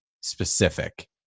specific